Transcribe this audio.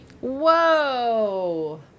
Whoa